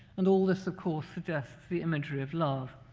and all of this, of course, suggests the imagery of love.